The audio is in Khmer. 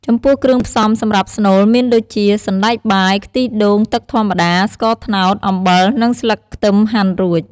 ចំពោះគ្រឿងផ្សំសម្រាប់ស្នូលមានដូចជា សណ្ដែកបាយ ខ្ទិះដូង ទឹកធម្មតា ស្ករត្នោត អំបិល និងស្លឹកខ្ទឹមហាន់រួច។